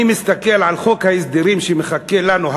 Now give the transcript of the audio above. אני מסתכל על חוק ההסדרים שמחכה לנו,